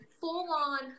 full-on